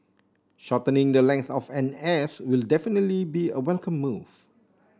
shortening the length of N S will definitely be a welcome move